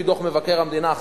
לפי דוח מבקר המדינה,